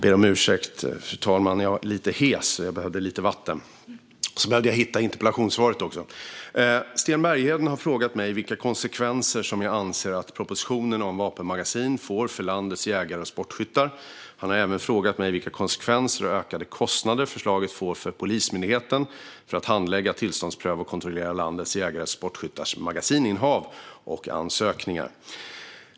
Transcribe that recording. Fru talman! Sten Bergheden har frågat mig vilka konsekvenser som jag anser att propositionen om vapenmagasin får för landets jägare och sportskyttar. Han har även frågat mig vilka konsekvenser och ökade kostnader förslaget får för Polismyndigheten när det gäller att handlägga, tillståndspröva och kontrollera landets jägares och sportskyttars magasininnehav och ansökningar.